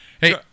hey